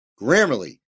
Grammarly